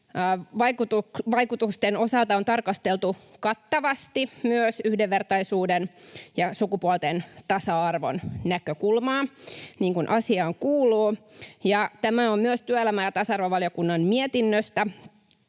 Vaikutusten osalta on tarkasteltu kattavasti myös yhdenvertaisuuden ja sukupuolten tasa-arvon näkökulmaa, niin kuin asiaan kuuluu. Tämä on myös työelämä- ja tasa-arvovaliokunnan lausunnosta.